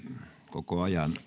koko ajan